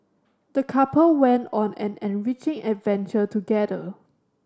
the couple went on an enriching adventure together